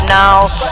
now